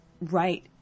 right